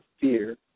fear